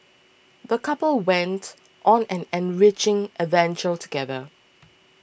the couple went on an enriching adventure together